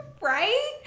Right